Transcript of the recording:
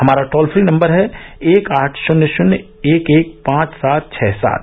हमारा toll free number है एक आठ शन्य शन्य एक एक पांच सात छ सात